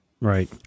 right